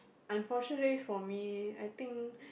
unfortunately for me I think